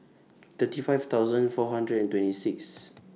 thirty five thousand four hundred and twenty six